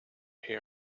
here